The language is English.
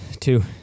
Two